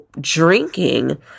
drinking